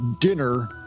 dinner